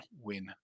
win